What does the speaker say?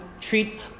treat